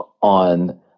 On